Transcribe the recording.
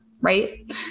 Right